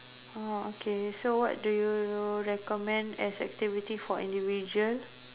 oh okay so what do you you recommend as activity for individual